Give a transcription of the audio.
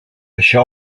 això